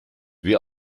wie